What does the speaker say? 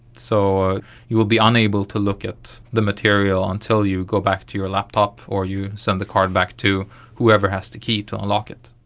so you will be unable to look at the material until you go back to your laptop or you send the card back to whoever has the key to unlock it.